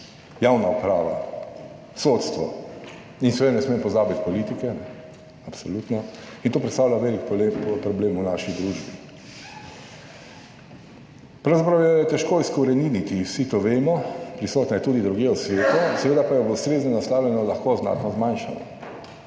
javna uprava, sodstvo in seveda ne smem pozabiti politike, absolutno, in to predstavlja velik problem v naši družbi. Pravzaprav jo je težko izkoreniniti, vsi to vemo. Prisotna je tudi drugje v svetu, seveda pa je ob ustreznem nastavljanju lahko znatno zmanjšano,